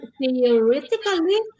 theoretically